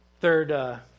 Third